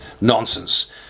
nonsense